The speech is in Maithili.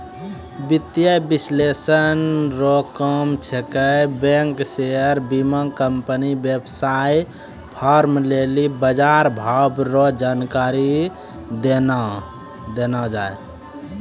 वित्तीय विश्लेषक रो काम छिकै बैंक शेयर बीमाकम्पनी वेवसाय फार्म लेली बजारभाव रो जानकारी देनाय